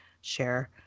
Share